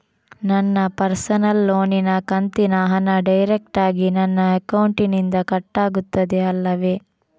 ನನ್ನ ಪರ್ಸನಲ್ ಲೋನಿನ ಕಂತಿನ ಹಣ ಡೈರೆಕ್ಟಾಗಿ ನನ್ನ ಅಕೌಂಟಿನಿಂದ ಕಟ್ಟಾಗುತ್ತದೆ ಅಲ್ಲವೆ?